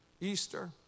Easter